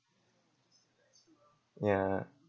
ya